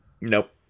nope